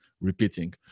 repeating